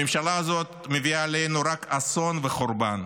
הממשלה הזאת מביאה עלינו רק אסון וחורבן,